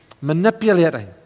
manipulating